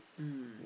mm